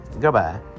goodbye